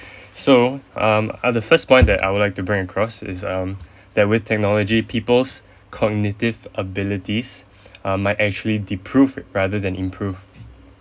so um uh the first point that I would like to bring across is um that with technology people's cognitive abilities err might actually deprove rather than improve